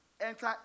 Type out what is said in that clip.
enter